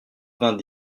vingt